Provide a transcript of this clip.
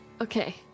Okay